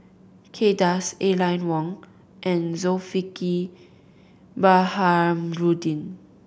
Kay Das Aline Wong and Zulkifli Baharudin